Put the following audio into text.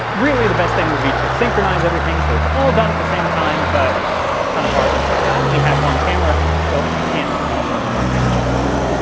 really the best thing would be to synchronize everything so it's all done at the same time, but it's kind of hard, and frankly i only have one camera so i can't do more than one thing at the same time.